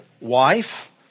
wife